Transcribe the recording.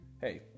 Hey